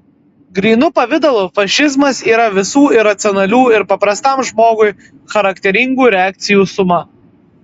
grynu pavidalu fašizmas yra visų iracionalių ir paprastam žmogui charakteringų reakcijų suma